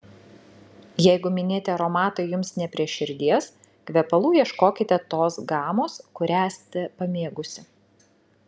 jeigu minėti aromatai jums ne prie širdies kvepalų ieškokite tos gamos kurią esate pamėgusi